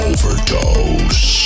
Overdose